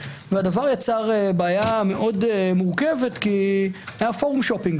והדבר יצר בעיה מאוד מורכבת כי היה פורום שופינג